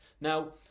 Now